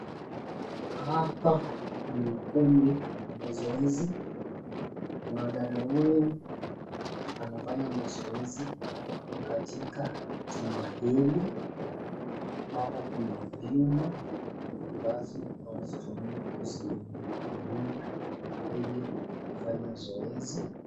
Hapa ni ukumbi wa mazoezi. Mwanadada huyu anafanya mazoezi katika chumba hili ambapo kuna vyuma ambazo anazitumia kuziinua ili kufanya zoezi.